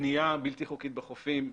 בנייה בלתי חוקית בחופים,